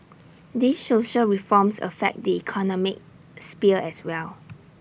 these social reforms affect the economic sphere as well